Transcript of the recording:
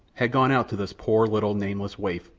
had gone out to this poor, little, nameless waif,